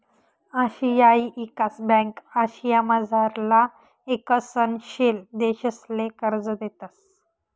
आशियाई ईकास ब्यांक आशियामझारला ईकसनशील देशसले कर्ज देतंस